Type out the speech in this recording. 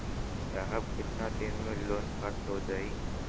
साहब कितना दिन में लोन पास हो जाई?